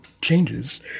changes